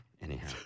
Anyhow